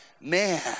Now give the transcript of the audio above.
Man